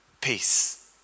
peace